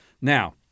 Now